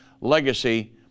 legacy